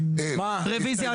רביזיה.